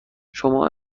شما